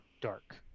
dark